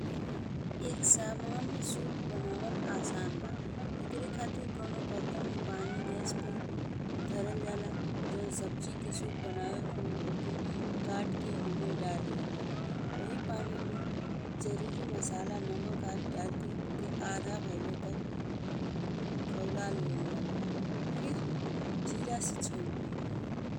एक सामान्य सूप बनावल आसान बा। एके खातिर कउनो बर्तन में पानी गैस पे धरल जाला। जौन सब्जी के सूप बनवे के हो ओके काट के ओमे धर दिहल जाला। ओहियो पानी में जरूरी मसाला, नमक आदि दारी के ओके आधार भइले तक खाउला लिहल जाला फिर जीरा से छौंक दिहल जाला।